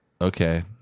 Okay